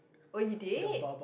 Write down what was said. oh you did